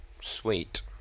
sweet